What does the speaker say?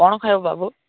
କ'ଣ ଖାଇବ ବାବୁ